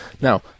Now